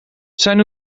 zijn